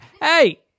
hey